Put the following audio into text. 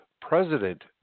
President